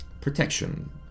protection